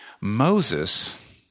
Moses